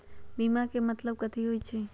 बीमा के मतलब कथी होई छई?